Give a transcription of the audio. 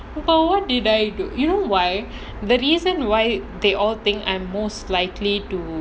but what did I do you know why the reason why they all think I'm most likely to